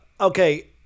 Okay